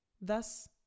thus